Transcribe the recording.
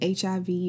HIV